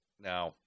Now